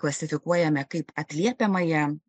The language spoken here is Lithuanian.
klasifikuojame kaip atliepiamąją